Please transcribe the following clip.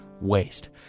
waste